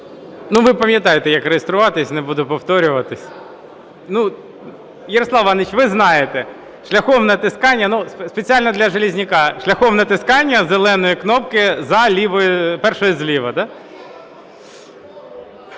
Ну ви пам'ятаєте, як реєструватись, не буду повторюватись. Ярослав Іванович, ви знаєте, шляхом натискання, спеціально для Железняка, шляхом натискання зеленої кнопки першої зліва.